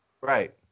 Right